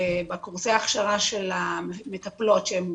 שבקורסי הכשרה של המטפלות שהן עוברות,